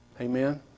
Amen